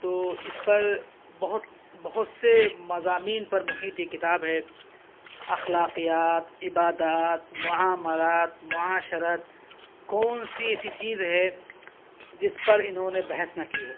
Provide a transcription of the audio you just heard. تو اِس پر بہت بہت سے مضامین پر محیط یہ کتاب ہے اخلاقیات عبادات معاملات معاشرت کون سی ایسی چیز ہے جس پر انہوں نے بحث نہ کی ہو